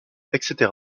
etc